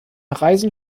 reisen